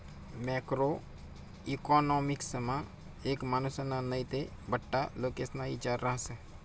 macro इकॉनॉमिक्समा एक मानुसना नै ते बठ्ठा लोकेस्ना इचार रहास